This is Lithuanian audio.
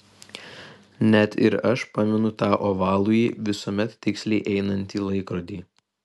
net ir aš pamenu tą ovalųjį visuomet tiksliai einantį laikrodį